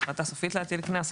"החלטה סופית להטיל קנס",